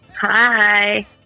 hi